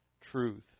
truth